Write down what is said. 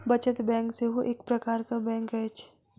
बचत बैंक सेहो एक प्रकारक बैंक अछि